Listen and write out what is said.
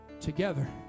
together